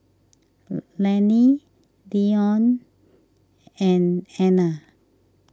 Lanie Deion and Ana